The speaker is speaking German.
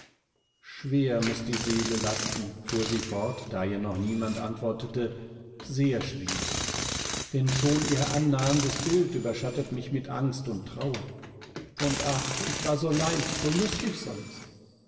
schwer muß die seele lasten fuhr sie fort da ihr noch niemand antwortete sehr schwer denn schon ihr annahendes bild überschattet mich mit angst und trauer und ach ich war so leicht so lustig sonst